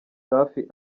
safi